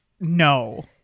no